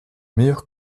meilleurs